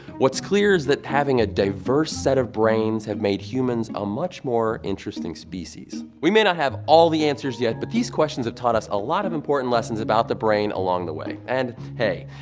what's clear is that having a diverse set of brains have made humans a much more interesting species. we may not have all the answers yet, but these questions have taught us a lot of important lessons about the brain along the way. and hey,